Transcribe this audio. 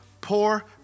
Poor